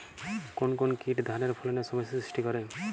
কোন কোন কীট ধানের ফলনে সমস্যা সৃষ্টি করে?